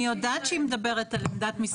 אני יודעת שהיא מדברת על עמדת משרד הרווחה.